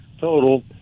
total